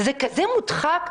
זה כזה מודחק?